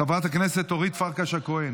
חברת הכנסת אורית פרקש הכהן,